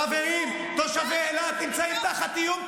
חברים, תושבי אילת נמצאים תחת איום.